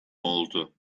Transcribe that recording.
oldu